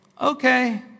okay